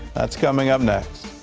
that's coming up next.